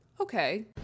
okay